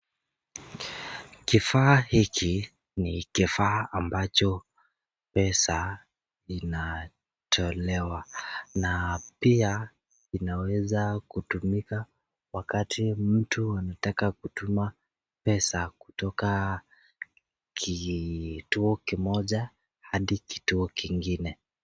Kifaa hiki ni kifaa ambacho pesa inatolewa na pia kinaweza kutumika wakati mtu anataka kutuma pesa kutoka kituo kimoja hadi kituo kingine.